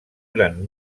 gran